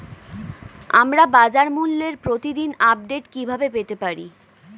আমরা বাজারমূল্যের প্রতিদিন আপডেট কিভাবে পেতে পারি?